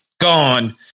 gone